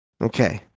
Okay